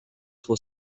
for